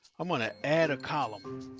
i'm gonna add a column.